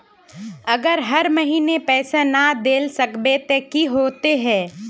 अगर हर महीने पैसा ना देल सकबे ते की होते है?